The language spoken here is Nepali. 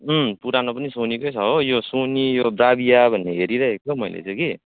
पुरानो पनि सोनीकै छ हौ यो सोनी यो ब्राविया भन्ने हेरिरहेको थिएँ मैले त कि